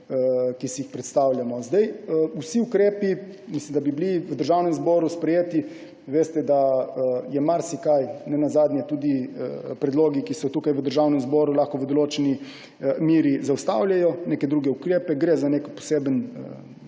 ki si jih predstavljamo. Vsi ukrepi, da bi bili v Državnem zboru sprejeti – veste, da je marsikaj, ne nazadnje tudi predlogi, ki so tukaj v Državnem zboru, lahko v določeni meri zaustavljajo druge ukrepe. Gre za nek poseben